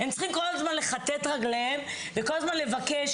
הם צריכים כל הזמן לכתת רגליים וכל הזמן לבקש,